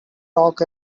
talk